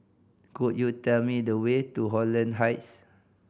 could you tell me the way to Holland Heights